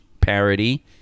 parody